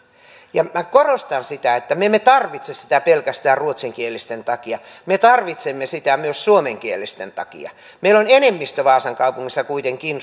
ja korostan sitä että me emme tarvitse sitä pelkästään ruotsinkielisten takia me tarvitsemme sitä myös suomenkielisten takia meillä on enemmistö vaasan kaupungissa kuitenkin